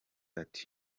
ati